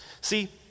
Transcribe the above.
See